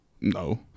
No